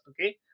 okay